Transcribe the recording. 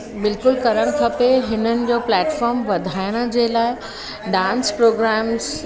बिल्कुलु करण खपे हिननि जो प्लेटफ़ॉर्म वधाइण जे लाइ डांस प्रोग्रेम्स